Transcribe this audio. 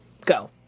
Go